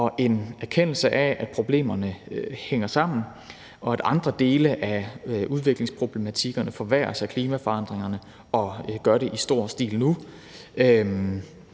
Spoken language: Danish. og en erkendelse af, at problemerne hænger sammen, og at andre dele af udviklingsproblematikkerne forværres af klimaforandringerne og gør det i stor stil nu.